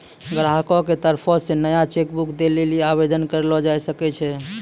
ग्राहको के तरफो से नया चेक बुक दै लेली आवेदन करलो जाय सकै छै